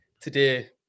today